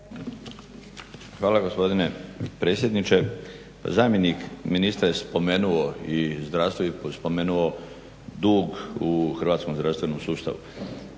Hvala gospodine predsjedniče. Zamjenik ministra je spomenuo i zdravstvo i spomenuo dug u hrvatskom zdravstvenom sustavu.